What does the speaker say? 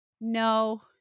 No